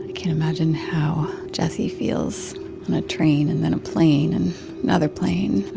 can't imagine how jessie feels on a train, and then a plane, and another plane,